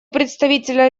представителя